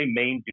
main